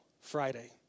Friday